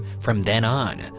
from then on,